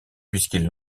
puisqu’il